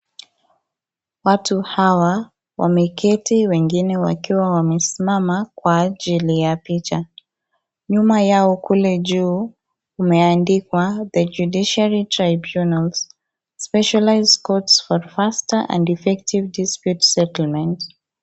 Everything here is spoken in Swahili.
Watu hawa wameketi wengine wakiwa wamesimama kwa ajili ya picha, nyuma yao kule juu kumeandikwa the judiciary tribunals specialized courts for faster and effective dispute settlement .